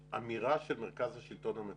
האמירה של מרכז השלטון המקומי,